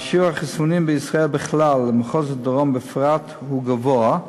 שיעור החיסונים בישראל בכלל ובמחוז הדרום בפרט הוא גבוה,